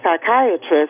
psychiatrist